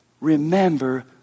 remember